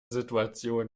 situation